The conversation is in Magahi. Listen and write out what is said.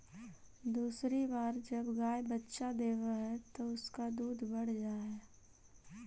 दूसरी बार जब गाय बच्चा देवअ हई तब उसका दूध बढ़ जा हई